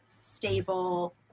stable